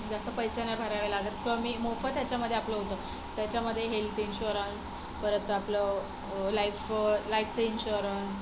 जास्त पैसे नाही भरावे लागत किंवा मी मोफत याच्यामध्ये आपलं होतं त्याच्यामध्ये हेल्थ इंश्युरन्स परत आपलं लाईफ लाईफचं इंश्युरन्स